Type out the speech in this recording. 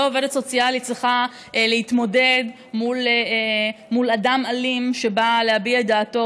לא העובדת הסוציאלית צריכה להתמודד מול אדם אלים שבא להביע את דעתו,